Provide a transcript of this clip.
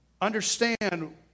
understand